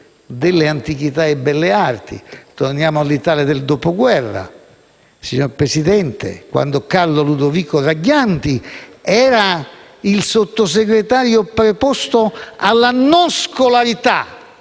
dello spettacolo. Torniamo all'Italia del Dopoguerra, signor Presidente, quando Carlo Ludovico Ragghianti era il Sottosegretario preposto alla non scolarità